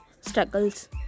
struggles